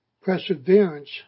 Perseverance